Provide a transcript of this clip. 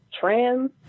trans